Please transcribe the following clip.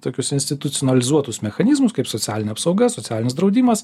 tokius institucionalizuotus mechanizmus kaip socialinė apsauga socialinis draudimas